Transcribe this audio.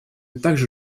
также